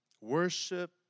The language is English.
Worship